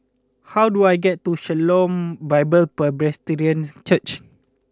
how do I get to Shalom Bible Presbyterians Church